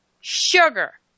Sugar